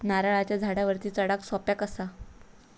नारळाच्या झाडावरती चडाक सोप्या कसा?